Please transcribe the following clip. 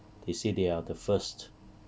they say they are the first